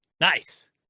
Nice